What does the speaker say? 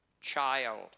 child